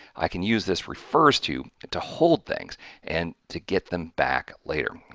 i can use this refers to to hold things and to get them back later.